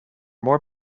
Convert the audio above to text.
more